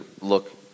look